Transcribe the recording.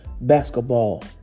basketball